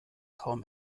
kaum